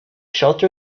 shelter